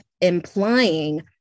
implying